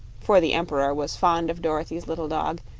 for the emperor was fond of dorothy's little dog,